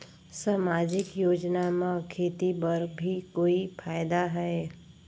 समाजिक योजना म खेती बर भी कोई फायदा है?